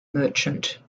merchant